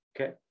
Okay